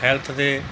health ਦੇ